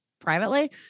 privately